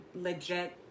legit